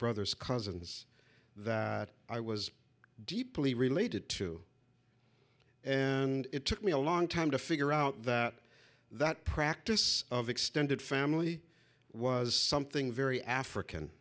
brothers cousins that i was deeply related to and it took me a long time to figure out that that practice of extended family was something very african